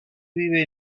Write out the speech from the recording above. vive